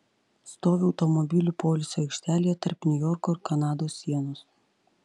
stoviu automobilių poilsio aikštelėje tarp niujorko ir kanados sienos